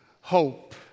hope